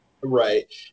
Right